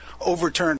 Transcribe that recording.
overturned